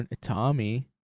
Tommy